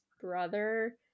brother